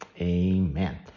amen